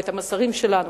ואת המסרים שלנו,